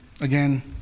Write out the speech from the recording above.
Again